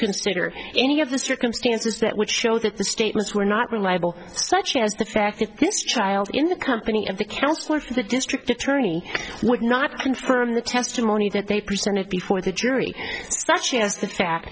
consider any of the circumstances that would show that the statements were not reliable such as the fact that this child in the company and the chancellor of the district attorney would not confirm the testimony that they presented before the jury such as the fact